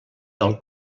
del